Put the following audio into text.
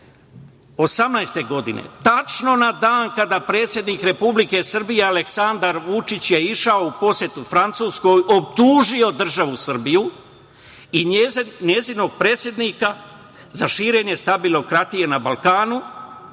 2018. godine, tačno na dan kada predsednik Republike Srbije, Aleksandar Vučić je išao u posetu Francuskoj, optužio državu Srbiju i njenog predsednika za širenje stabilokratije na Balkanu.